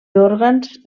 òrgans